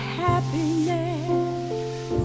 happiness